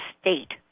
state